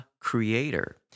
Creator